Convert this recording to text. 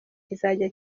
kizajya